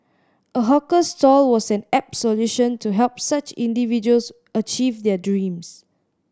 a hawker stall was an apt solution to help such individuals achieve their dreams